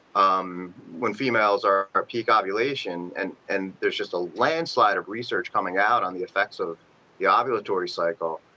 um when females are at peak ah ovulation and and there's just a landslide of research coming out on the effects of the ah ovulatory cycle.